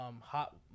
hot